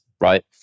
right